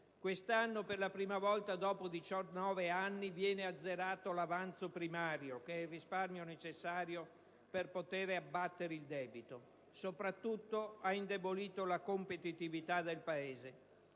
quest'anno, per la prima volta dopo 19 anni, viene azzerato l'avanzo primario, che è il risparmio necessario per poter abbattere il debito. Egli ha soprattutto indebolito la competitività del Paese.